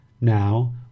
Now